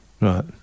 right